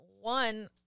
one